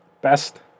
Best